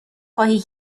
خواهی